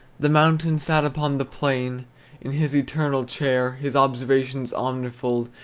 the mountain sat upon the plain in his eternal chair, his observation omnifold,